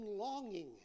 longing